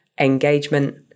engagement